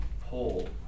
pull